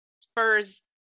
spurs